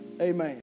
Amen